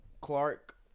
Clark